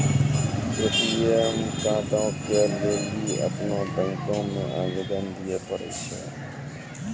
ATM कार्डो के लेली अपनो बैंको मे आवेदन दिये पड़ै छै